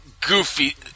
goofy